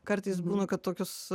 kartais būna kad tokios